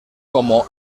como